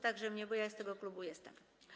także mnie, bo ja z tego klubu jestem.